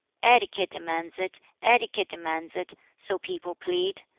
etiquette demands it etiquette demands it so people plead,